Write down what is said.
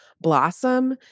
blossom